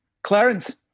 Clarence